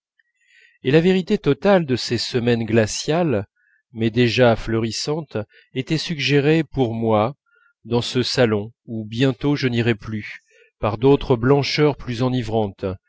et la vérité totale de ces semaines glaciales mais déjà fleurissantes était suggérée pour moi dans ce salon où bientôt je n'irais plus par d'autres blancheurs plus enivrantes